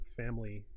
family